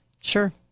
Sure